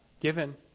given